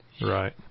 right